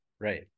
Right